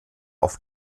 auf